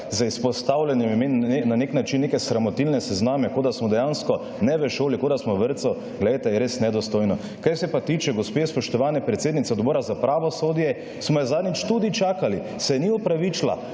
z izpostavljanjem imen na nek način neke sramotilne sezname kot da smo dejansko ne v šoli, kot da smo v vrtcu, glejte, je res nedostojno. Kar se pa tiče gospe spoštovane predsednice Odbora za pravosodje, smo jo zadnjič tudi čakali, se ni opravičila.